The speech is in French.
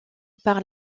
par